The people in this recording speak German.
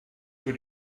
für